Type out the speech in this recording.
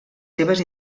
seves